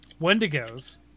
wendigos